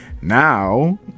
now